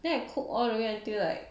then I cook all the way until like